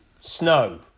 Snow